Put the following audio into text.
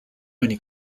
many